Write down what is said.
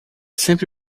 sempre